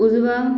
उजवा